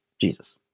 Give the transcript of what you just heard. Jesus